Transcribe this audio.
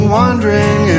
wondering